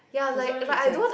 doesn't even make sense